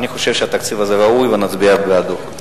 אני חושב שהתקציב הזה ראוי, ונצביע בעדו.